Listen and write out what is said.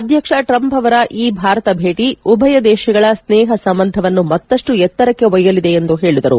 ಅಧ್ಯಕ್ಷ ಟ್ರಂಪ್ ಅವರ ಈ ಭಾರತ ಭೇಟಿ ಉಭಯ ದೇಶಗಳ ಸ್ನೇಪ ಸಂಬಂಧವನ್ನು ಮತ್ತಷ್ಟು ಎತ್ತರಕ್ಕೆ ಒಯ್ಯಲಿದೆ ಎಂದು ಪೇಳಿದರು